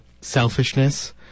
selfishness